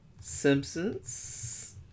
Simpsons